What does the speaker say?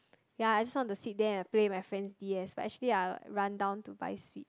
ya I just want to sit there and play with my friends D_S but actually I will run down to buy sweet